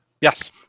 yes